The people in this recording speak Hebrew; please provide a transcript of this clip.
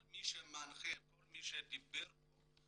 כל מי שמנחה ודיבר בו,